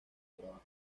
trabajo